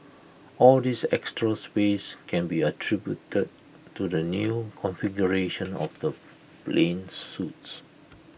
all this extra space can be attributed to the new configuration of the plane's suites